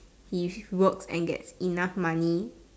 his work and get enough money